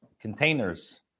containers